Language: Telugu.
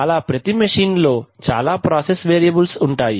అలా ప్రతి మెషిన్ లో చాలా ప్రాసెస్ వేరియబుల్స్ ఉంటాయి